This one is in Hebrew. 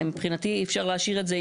ומבחינתי אי אפשר להשאיר את זה,